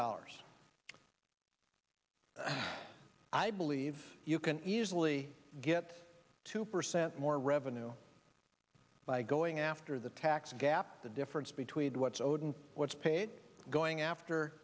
dollars i believe you can easily get two percent more revenue by going after the tax gap the difference between what's owed and what's paid going after